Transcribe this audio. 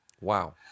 Wow